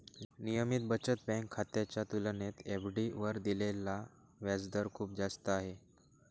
नियमित बचत बँक खात्याच्या तुलनेत एफ.डी वर दिलेला व्याजदर खूप जास्त आहे